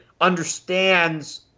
understands